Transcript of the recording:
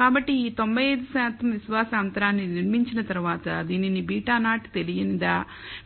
కాబట్టి ఈ 95 శాతం విశ్వాస అంతరాన్ని నిర్మించిన తర్వాత దీనిని β0 తెలియనిదా